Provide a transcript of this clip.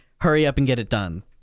hurry-up-and-get-it-done